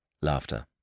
Laughter